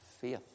faith